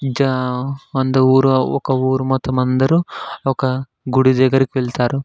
జా అందరూ ఊరు ఒక ఊరు మొత్తం అందరూ ఒక గుడి దగ్గరకు వెళ్తారు